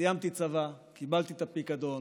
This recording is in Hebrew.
סיימתי צבא, קיבלתי את הפיקדון,